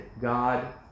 god